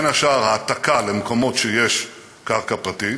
בין השאר: העתקה למקומות שיש קרקע פרטית,